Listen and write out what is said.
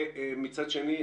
ומצד שני,